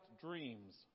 dreams